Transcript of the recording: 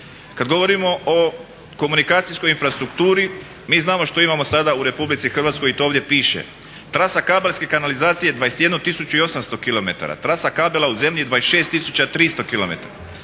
Kad govorimo o komunikacijskog infrastrukturi mi znamo što imamo sada u RH i to ovdje piše "Trasa kabelske kanalizacije je 21 800 km, trasa kabela u zemlji je 26 300